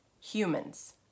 humans